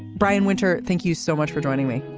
brian winter thank you so much for joining me.